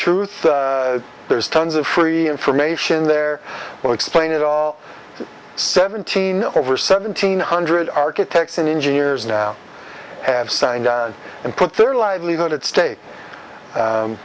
truth there's tons of free information there will explain it all seventeen over seventeen hundred architects and engineers now have signed and put their livelihood at stake